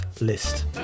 list